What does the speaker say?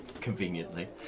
conveniently